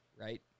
right